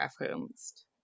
referenced